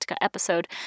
episode